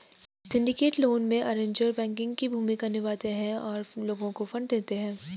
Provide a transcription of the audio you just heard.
syndicated loan में, arrangers banking की भूमिका निभाते हैं और लोगों को फंड देते हैं